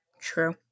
True